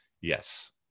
yes